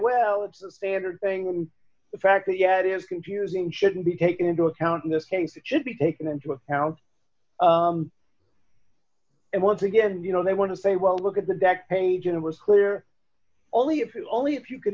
well it's a standard thing and the fact that yes it is confusing shouldn't be taken into account in this case it should be taken into account and once again you know they want to say well look at the back page it was clear only if you only if you could